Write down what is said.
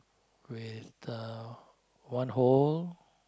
with uh one hole